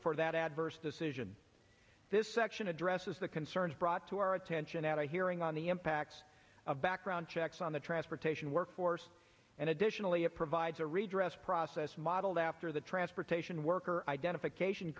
for that adverse decision this section addresses the concerns brought to our attend at a hearing on the impact of background checks on the transportation workforce and additionally it provides a redress process modeled after the transportation worker identification